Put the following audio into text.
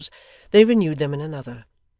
they renewed them in another.